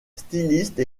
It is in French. styliste